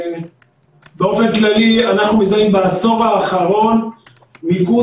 באופן כללי אנחנו מזהים בעשור האחרון מיקוד